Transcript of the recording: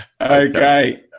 Okay